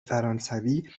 فرانسوی